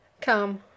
Come